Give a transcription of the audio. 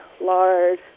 lard